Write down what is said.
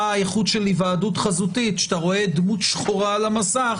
האיכות של היוועדות חזותית כשאתה רואה דמות שחורה על המסך